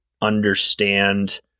understand